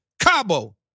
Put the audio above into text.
Cabo